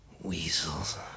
Weasels